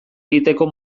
egiteko